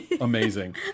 Amazing